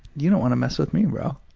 you don't want to mess with me, bro.